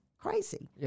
crazy